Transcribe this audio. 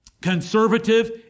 conservative